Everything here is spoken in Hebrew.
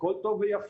הכול טוב ויפה,